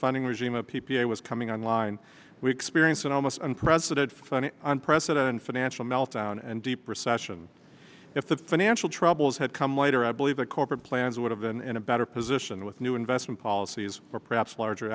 funding regime of p p a was coming on line we experienced enormous and president funny on president financial meltdown and deep recession if the financial troubles had come later i believe that corporate plans would have been in a better position with new investment policies or perhaps larger